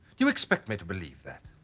do you expect me to believe that?